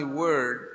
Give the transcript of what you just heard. word